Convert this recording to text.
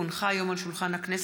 כי הונחה היום על שולחן הכנסת,